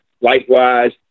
likewise